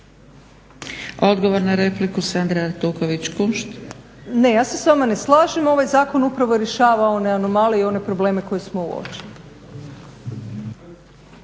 Odgovor na repliku, Sandra Artuković Kunšt. **Artuković Kunšt, Sandra** Ne, ja se s vama ne slažem. Ovaj zakon upravo rješava one anomalije i one probleme koje smo uočili.